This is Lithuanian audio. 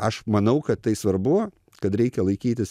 aš manau kad tai svarbu kad reikia laikytis